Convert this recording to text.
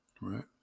Right